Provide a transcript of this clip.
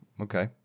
Okay